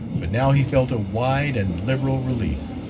but now he felt a wide and liberal relief.